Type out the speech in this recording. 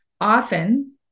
often